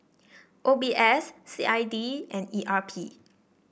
O B S C I D and E R P